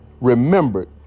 remembered